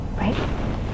Right